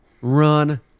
run